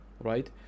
right